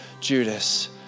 Judas